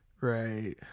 Right